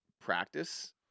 practice